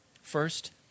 First